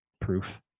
proof